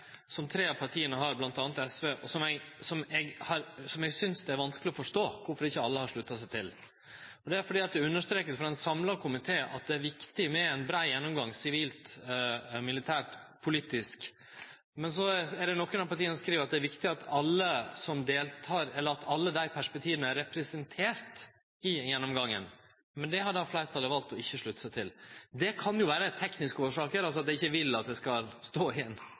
som tre av partia, bl.a. SV, har, og som eg synest det er vanskeleg å forstå kvifor ikkje alle har slutta seg til. Det er fordi det vert understreka av ein samla komité at det er viktig med ein brei gjennomgang sivilt, militært, politisk, men så er det nokre av partia som skriv at det er viktig at alle dei perspektiva er representerte i gjennomgangen. Det har fleirtalet valt ikkje å slutte seg til. Det kan jo vere av tekniske årsaker, at dei ikkje vil at det skal stå